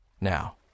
Now